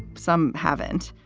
some haven't.